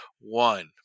One